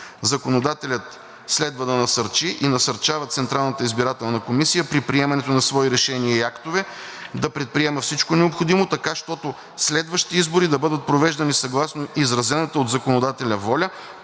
Законодателят следва да насърчи и насърчава Централната избирателна комисия при приемането на свои решения и актове да предприема всичко необходимо, така щото следващите избори да бъдат провеждани съгласно изразената от законодателя воля,